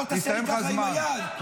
אל תעשה לי ככה עם היד.